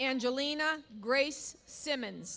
angelina grace simmons